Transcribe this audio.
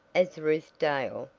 as ruth dale,